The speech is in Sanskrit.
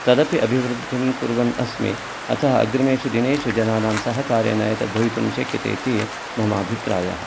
तदपि अभिवृद्धिं कुर्वन् अस्मि अतः अग्रीमेषु दिनेषु जनानां सहकारेण एतद्भवितुं शक्यते इति मम अभिप्रायः